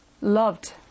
loved